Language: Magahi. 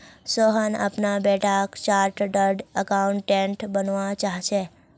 सोहन अपना बेटाक चार्टर्ड अकाउंटेंट बनवा चाह्चेय